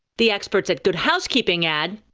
the experts at good housekeeping ad.